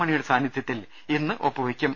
മണിയുടെ സാന്നിധൃത്തിൽ ഇന്ന് ഒപ്പുവെക്കും